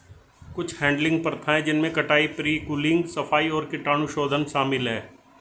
कुछ हैडलिंग प्रथाएं जिनमें कटाई, प्री कूलिंग, सफाई और कीटाणुशोधन शामिल है